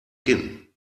kinn